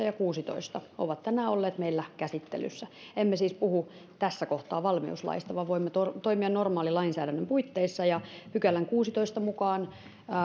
ja kuudestoista pykälä ovat tänään olleet meillä käsittelyssä emme siis puhu tässä kohtaa valmiuslaista vaan voimme toimia normaalin lainsäädännön puitteissa ja kuudennentoista pykälän mukaan